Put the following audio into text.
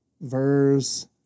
Verse